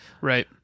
Right